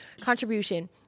contribution